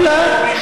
ואללה,